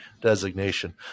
designation